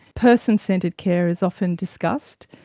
person centred care is often discussed.